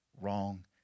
wrong